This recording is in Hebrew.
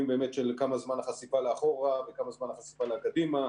באמת של כמה זמן החשיפה לאחורה וכמה זמן החשיפה לקדימה,